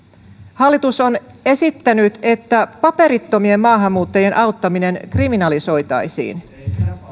hallitus on esittänyt että paperittomien maahanmuuttajien auttaminen kriminalisoitaisiin